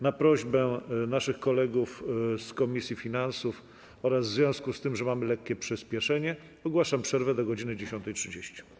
Na prośbę naszych kolegów z komisji finansów oraz w związku z tym, że mamy lekkie przyspieszenie, ogłaszam przerwę do godz. 10.30.